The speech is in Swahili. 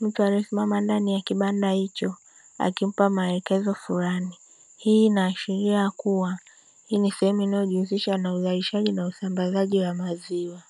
mtu aliyesimama ndani ya kibanda hicho aiimpa maelekezo fulani. Hii inaashiria kuwa hii ni sehemu inayojihusisha na uzalishaji na usambazaji wa maziwa.